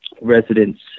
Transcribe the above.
residents